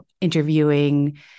interviewing